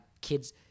kids